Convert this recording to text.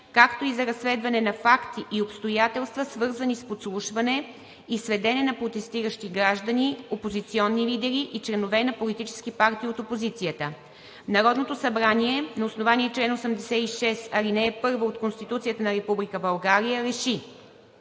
както и за разследване на факти и обстоятелства, свързани с подслушване и следене на протестиращи граждани, опозиционни лидери и членове на политически партии от опозицията Народното събрание на основание чл. 86 ал. 1 от Конституцията на Република България РЕШИ: